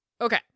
Okay